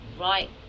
right